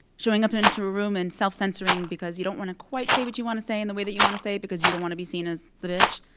showing up into a room and self-censoring because you don't want to quite say what you want to say in the way that you want to say it, because you don't want to be seen as the bitch,